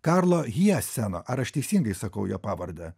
karlo hieseno ar aš teisingai sakau jo pavardę